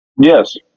Yes